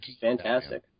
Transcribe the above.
fantastic